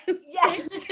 Yes